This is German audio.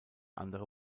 andere